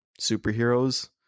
superheroes